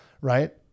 right